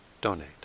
donate